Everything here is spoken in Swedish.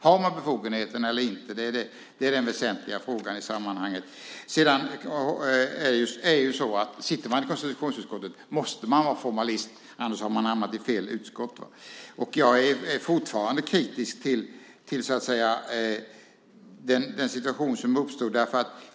Har man befogenheten eller inte? Det är den väsentliga frågan i sammanhanget. Om man sitter i konstitutionsutskottet måste man vara formalist. Annars har man hamnat i fel utskott. Jag är fortfarande kritisk till den situation som uppstod.